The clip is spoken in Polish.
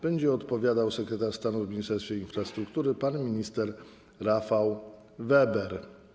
Będzie odpowiadał sekretarz stanu w Ministerstwie Infrastruktury minister Rafał Weber.